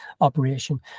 operation